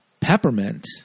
Peppermint